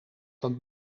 dat